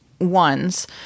ones